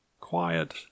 quiet